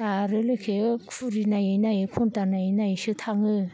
दा आरो लके घुड़ी नायै नायै घन्टा नायै नायैसो थाङो